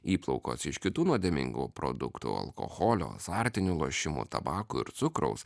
įplaukos iš kitų nuodėmingų produktų alkoholio azartinių lošimų tabako ir cukraus